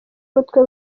umutwe